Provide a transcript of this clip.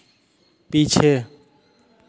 पीछे